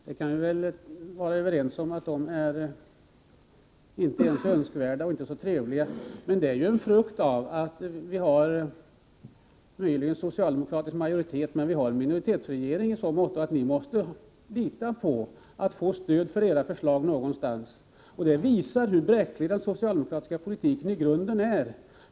Vi kan väl vara överens om att dessa konstellationer inte är önskvärda och inte så trevliga. Men konstellationerna är ju en frukt av att det möjligen föreligger socialdemokratisk majoritet men att landet har en minoritetsregering i så måtto att ni socialdemokrater måste lita till stöd från något håll för era förslag. Detta visar hur bräcklig den socialdemokratiska politiken i grunden är.